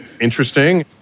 interesting